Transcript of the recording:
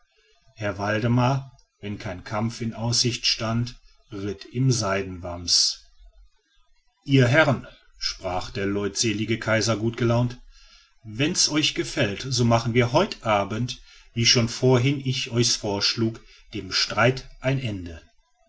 herr waldemar wenn kein kampf in aussicht stand ritt im seidenwams ihr herren sprach der leutselige kaiser gutgelaunt wenn's euch gefällt so machen wir heut abend wie schon vorhin ich's euch vorschlug dem streit ein ende